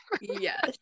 yes